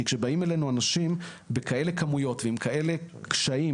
כי כשבאים אלינו אנשים בכאלה כמויות ועם כאלה קשיים,